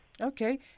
Okay